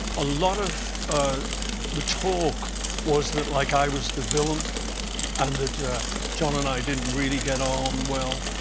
a lot of ah the talk was that, like, i was the villain and that john and i didn't really get on well,